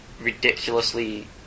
ridiculously